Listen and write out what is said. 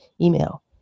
email